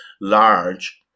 large